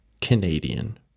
Canadian